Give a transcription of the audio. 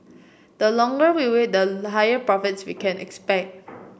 the longer we wait the higher profits we can expect